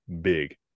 big